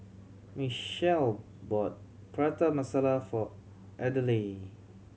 Michele bought Prata Masala for Adelaide